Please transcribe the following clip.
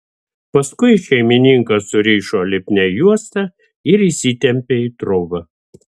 paskui šeimininką surišo lipnia juosta ir įsitempė į trobą